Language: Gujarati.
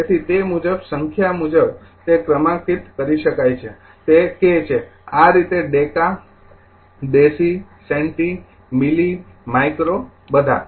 તેથી તે મુજબ સંખ્યા મુજબ તે ક્રમાંકિત કરી શકાય છે કે તે k છે આ રીતે deca deci centi milli micro બધા